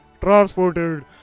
transported